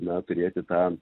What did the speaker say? na turėti tą